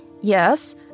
Yes